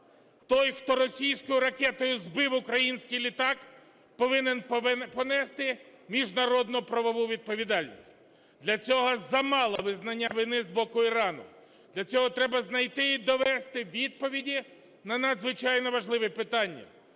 Той, хто російською ракетою збив український літак, повинен понести міжнародно-правову відповідальність. Для цього замало визнання вини з боку Ірану, для цього треба знайти і довести відповіді на надзвичайно важливе питання.